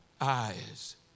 eyes